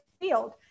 field